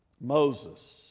Moses